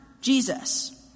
Jesus